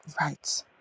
right